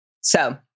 So-